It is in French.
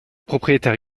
propriétaire